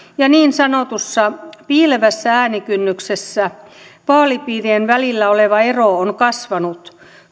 ja niin sanotussa piilevässä äänikynnyksessä vaalipiirien välillä oleva ero on kasvanut